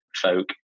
folk